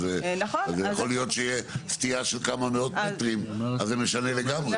אז יכול להיות שתהיה סטייה של כמה מאות מטרים אז זה משנה לגמרי.